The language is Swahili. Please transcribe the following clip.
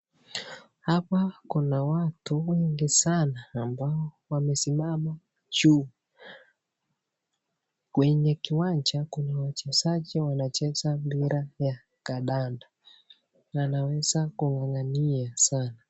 Hapa kuna watu wengi sana amabo wamesimama juu, kwenye kiwanja kuna wachezaji wanacheza mpira wa kandanda, wanaweza kung'ang'ania sana.